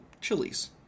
chilies